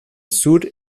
sur